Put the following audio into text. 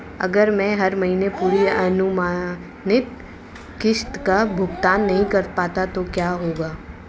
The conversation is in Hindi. अगर मैं हर महीने पूरी अनुमानित किश्त का भुगतान नहीं कर पाता तो क्या होगा?